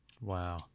Wow